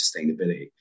sustainability